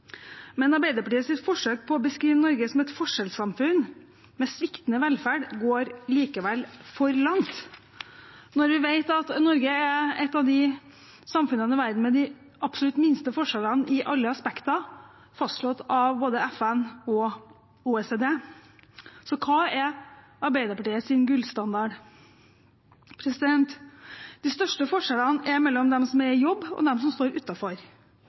forsøk på å beskrive Norge som et forskjellssamfunn med sviktende velferd går likevel for langt når vi vet at Norge er et av samfunnene i verden med de absolutt minste forskjellene i alle aspekter, noe som er fastslått av både FN og OECD. Så hva er Arbeiderpartiets gullstandard? De største forskjellene er mellom dem som er i jobb, og dem som står